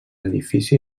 edifici